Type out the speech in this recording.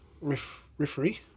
Referee